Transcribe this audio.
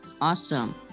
Awesome